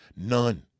None